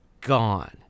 gone